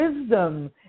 wisdom